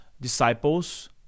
disciples